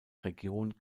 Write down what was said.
region